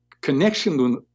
connection